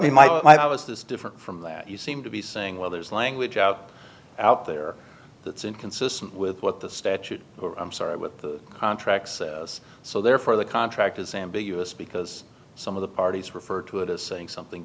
this different from that you seem to be saying well there's language out out there that's inconsistent with what the statute i'm sorry with the contract so therefore the contract is ambiguous because some of the parties refer to it as saying something